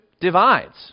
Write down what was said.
divides